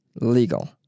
legal